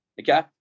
Okay